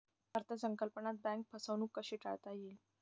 अर्थ संकल्पात बँक फसवणूक कशी टाळता येईल?